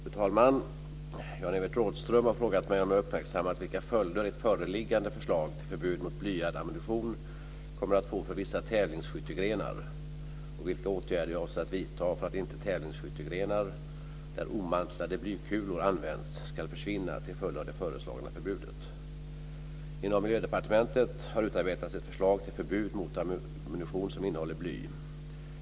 Fru talman! Jan-Evert Rådhström har frågat mig om jag uppmärksammat vilka följder ett föreliggande förslag till förbud mot blyad ammunition kommer att få för vissa tävlingsskyttegrenar och vilka åtgärder jag avser att vidta för att inte tävlingsskyttegrenar där omantlade blykulor används ska försvinna till följd av det föreslagna förbudet. Inom Miljödepartementet har utarbetats ett förslag till förbud mot ammunition som innehåller bly.